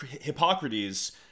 hippocrates